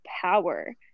power